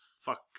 fuck